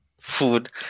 food